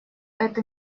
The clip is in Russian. это